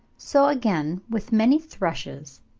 so again with many thrushes,